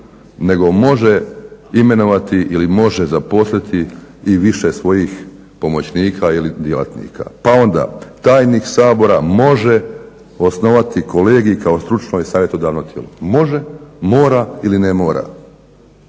nego može imenovati ili može zaposliti i više svojih pomoćnika ili djelatnika. Pa onda tajnik Sabora može osnovati kolegij kao stručno i savjetodavno tijelo. Može, mora ili ne mora?